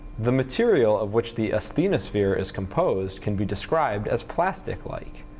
the material of which the asthenosphere is composed can be described as plastic-like.